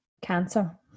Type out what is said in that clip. cancer